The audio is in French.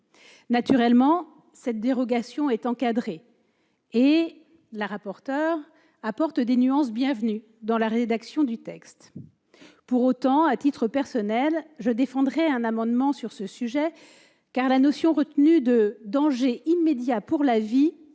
Naturellement, cette dérogation est encadrée et la rapporteure apporte des nuances bienvenues dans la rédaction du texte. Pour autant, à titre personnel, je défendrai un amendement sur ce sujet, car la notion retenue de « danger immédiat » pour la vie